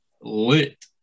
lit